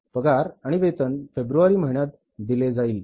पगार आणि वेतन फेब्रुवारी महिन्यात दिले जाईल